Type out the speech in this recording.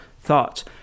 Thoughts